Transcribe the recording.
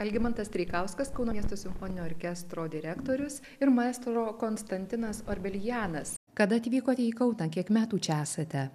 algimantas treikauskas kauno miesto simfoninio orkestro direktorius ir maestro konstantinas orbelianas kada atvykote į kauną kiek metų čia esate